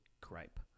gripe